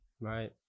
right